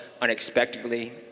unexpectedly